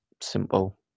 simple